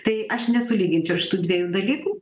tai aš nesulyginčiau šitų dviejų dalykų